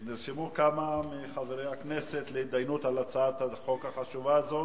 נרשמו כמה מחברי הכנסת להתדיינות על הצעת החוק החשובה הזאת.